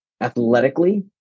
athletically